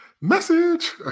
Message